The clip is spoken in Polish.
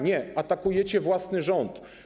Nie, atakujecie własny rząd.